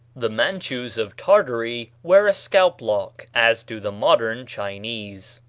the mantchoos of tartary wear a scalp-lock, as do the modern chinese.